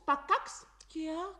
pakaks kiek